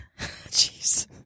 Jeez